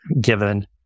given